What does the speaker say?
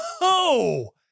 No